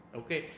okay